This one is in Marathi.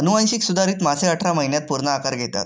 अनुवांशिक सुधारित मासे अठरा महिन्यांत पूर्ण आकार घेतात